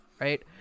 right